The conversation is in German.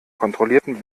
kontrollierten